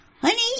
Honey